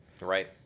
right